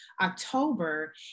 October